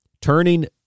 turning